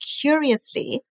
curiously